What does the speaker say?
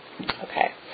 Okay